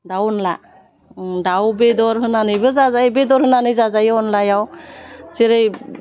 दाउ अनला दाउ बेदर होनानैबो जाजायो बेदर होनानै जाजायो अनलायाव जेरै